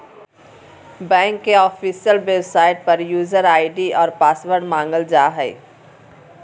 bank के official website पर user ID और पासवर्ड मांगल जा हइ